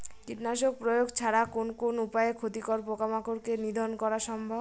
কীটনাশক প্রয়োগ ছাড়া কোন কোন উপায়ে ক্ষতিকর পোকামাকড় কে নিধন করা সম্ভব?